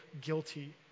guilty